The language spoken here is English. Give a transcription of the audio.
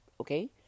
Okay